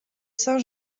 saint